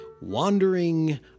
wandering